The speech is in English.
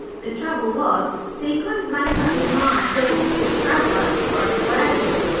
the trouble was that he couldn't make up his mind whether to be a traveller or a swagman.